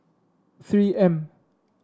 three M